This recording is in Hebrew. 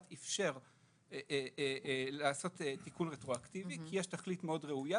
איפשר לעשות תיקון רטרואקטיבי כי יש תכלית מאוד ראויה,